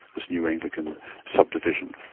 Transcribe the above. this new anglican sub-division.